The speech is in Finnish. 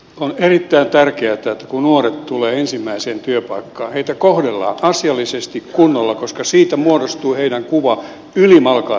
on erittäin tärkeätä kun nuoret tulevat ensimmäiseen työpaikkaan että heitä kohdellaan asiallisesti kunnolla koska siitä muodostuu heidän kuvansa ylimalkaan työelämästä